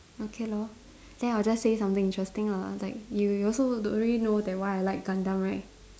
okay lor then I'll just say something interesting lah like you you also don't really know that why I like Gundam right